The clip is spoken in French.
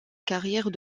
carrière